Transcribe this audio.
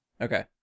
Okay